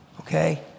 Okay